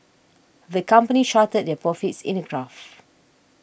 the company charted their profits in a graph